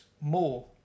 more